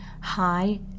hi